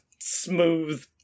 smooth